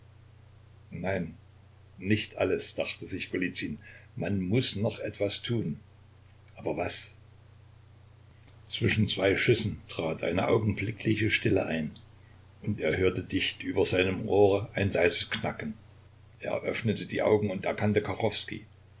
nein nicht alles dachte sich golizyn man muß noch etwas tun aber was zwischen zwei schüssen trat eine augenblickliche stille ein und er hörte dicht über seinem ohre ein leises knacken er öffnete die augen und erkannte